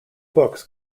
books